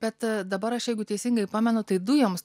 bet dabar aš jeigu teisingai pamenu tai dujoms